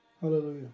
Hallelujah